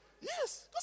Yes